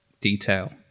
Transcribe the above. detail